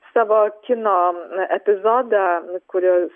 savo kino epizodą kurio